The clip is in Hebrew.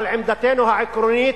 אבל עמדתנו העקרונית,